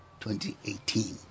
2018